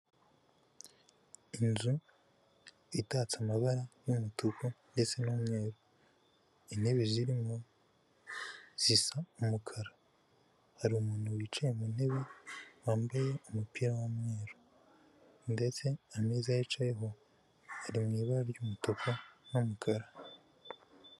Inzu itatse amabara y'umutuku ndetse n'umweru, intebe zirimo zisa umukara, hari umuntu wicaye mu ntebe wambaye umupira w'umweru, ndetse ameza yicayeho ari mu ibara ry'umutuku n'umukara.